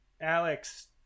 alex